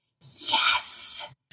yes